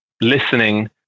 listening